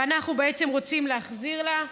ואנחנו בעצם רוצים להחזיר לה.